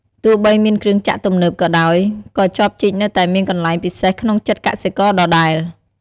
ទោះបីមានគ្រឿងចក្រទំនើបក៏ដោយ ក៏ចបជីកនៅតែមានកន្លែងពិសេសក្នុងចិត្តកសិករដដែល។